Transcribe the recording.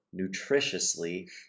nutritiously